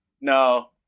No